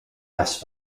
las